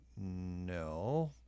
no